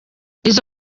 izi